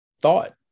thought